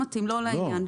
זה לא לעניין.